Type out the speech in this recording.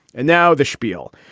and now the schpiel.